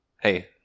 Hey